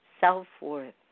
Self-worth